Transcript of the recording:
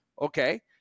Okay